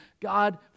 God